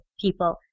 people